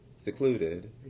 secluded